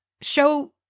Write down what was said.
show